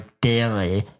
daily